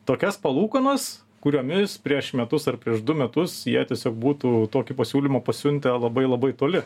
tokias palūkanas kuriomis prieš metus ar prieš du metus vietose būtų tokį pasiūlymą pasiuntę labai labai toli